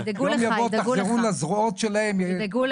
יום יבוא תחזרו לזרועות שלהם ותשמחו שמחכים לכם שם.